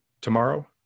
tomorrow